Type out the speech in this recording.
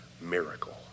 miracle